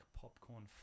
popcorn